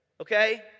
okay